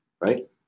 Right